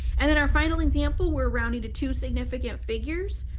and then our final example, we're rounding to two significant figures.